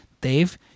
Dave